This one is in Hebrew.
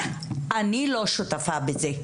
אני לא שותפה בזה.